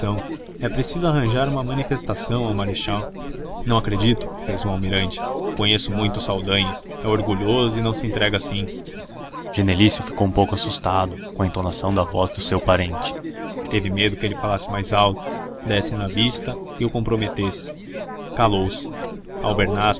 rendição é preciso arranjar uma manifestação ao marechal não acredito fez o almirante conheço muito o saldanha é orgulhoso e não se entrega assim genelício ficou um pouco assustado com a entonação da voz do seu parente teve medo que ele falasse mais alto desse na vista e o comprometesse calou-se